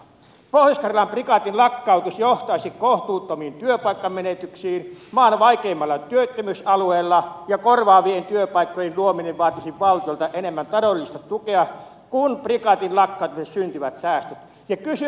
pohjois karjalan prikaatin lakkautus johtaisi kohtuuttomiin työpaikkamenetyksiin maan vaikeimmalla työttömyysalueella ja korvaavien työpaikkojen luominen vaatisi valtiolta enemmän taloudellista tukea kuin prikaatin lakkauttamisesta syntyvät säästöt